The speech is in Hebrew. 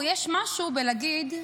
יש משהו בלהגיד,